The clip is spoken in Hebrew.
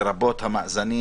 לרבות המאזנים